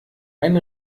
ein